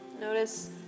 Notice